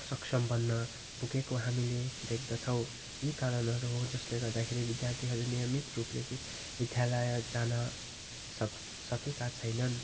असक्षम बन्न पुगेको हामीले देख्दछौँ यी कारणहरू हो जसले गर्दाखेरि विद्यार्थीहरू नियमित रूपले विध विद्यालय जान सक सकेका छैनन्